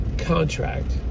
contract